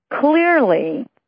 Clearly